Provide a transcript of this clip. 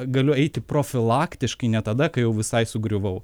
galiu eiti profilaktiškai ne tada kai jau visai sugriuvau